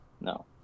No